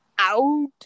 out